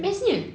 bestnya